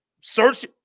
search